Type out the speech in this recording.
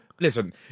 Listen